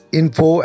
info